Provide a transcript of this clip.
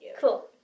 cool